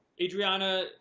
Adriana